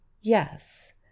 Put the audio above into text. yes